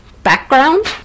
background